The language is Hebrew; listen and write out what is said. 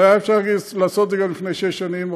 הרי היה אפשר לעשות את זה גם לפני שש שנים,